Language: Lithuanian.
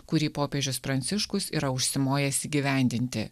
kurį popiežius pranciškus yra užsimojęs įgyvendinti